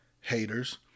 haters